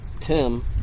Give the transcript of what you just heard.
Tim